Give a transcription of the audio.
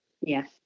Yes